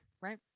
right